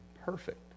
perfect